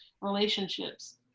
relationships